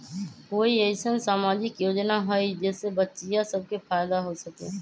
कोई अईसन सामाजिक योजना हई जे से बच्चियां सब के फायदा हो सके?